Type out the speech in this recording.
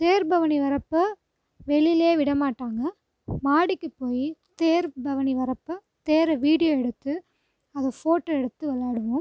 தேர்பவனி வரப்ப வெளிலேயே விடமாட்டாங்க மாடிக்கு போய் தேர்பவனி வரப்ப தேரை வீடியோ எடுத்து அதை ஃபோட்டோ எடுத்து விளையாடுவோம்